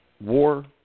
war